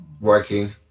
working